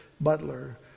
Butler